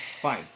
fine